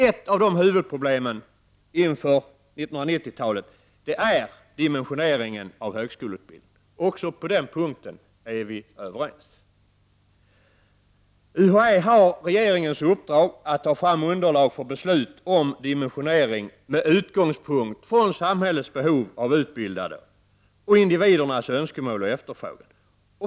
Ett av huvudproblemen inför 1990-talet är dimensioneringen av högskoleutbildningen, också på den punkten är vi överens. UHÄ har regeringens uppdrag att ta fram underlag för beslut om dimensionering med utgångspunkt från samhällets behov av utbildade och från individernas önskemål och efterfrågan.